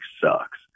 sucks